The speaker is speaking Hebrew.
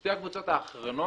שתי הקבוצות האחרונות,